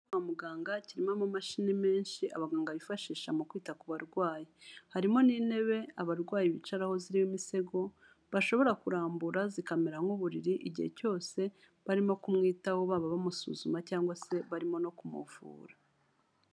Kwa muganga kirimo amamashini menshi, abaganga bifashisha mu kwita ku barwayi. Harimo n'intebe abarwayi bicaraho ziriho imisego, bashobora kurambura zikamera nk'uburiri, igihe cyose barimo kumwitaho baba bamusuzuma cyangwa se barimo no kumuvura.